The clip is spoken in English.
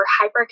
hyper